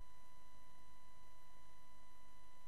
הפגינה